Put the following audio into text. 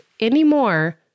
anymore